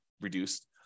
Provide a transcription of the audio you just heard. reduced